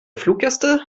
fluggäste